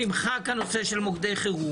שנמחק הנושא של מוקדי חירום.